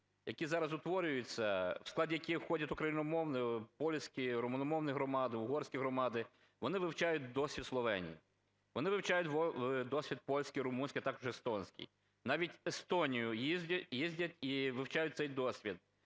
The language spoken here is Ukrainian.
які зараз утворюються, до складу яких входять україномовні, польські, румуномовні громади, угорські громади, вони вивчають досвід Словенії, вони вивчають досвід польський, румунський, а також естонський. Навіть в Естонію їздять і вивчають цей досвід.